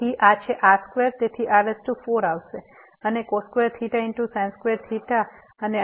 તેથી આ છે r2 તેથી r4 આવશે અને અને અહીંથી r3 આવશે